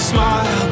Smile